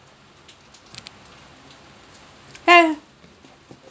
ya